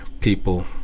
people